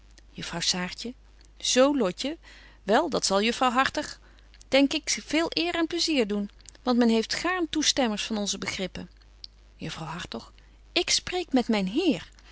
juffrouw saartje z lotje wel dat zal juffrouw hartog denk ik veel eer en plaisier doen want men heeft gaarn toestemmers van onze begrippen juffrouw hartog ik spreek met myn heer